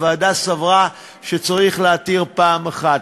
הוועדה סברה שצריך להתיר פעם אחת.